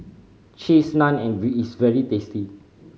Cheese Naan and very is very tasty